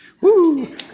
Woo